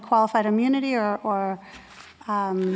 qualified immunity or